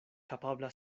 kapabla